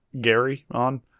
Gary-on